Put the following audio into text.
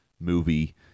movie